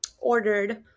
ordered